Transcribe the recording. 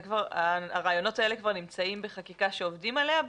הרעיונות האלה כבר נמצאים בחקיקה שעובדים עליה,